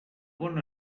bon